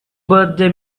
birthday